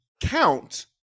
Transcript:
count